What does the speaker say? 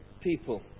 people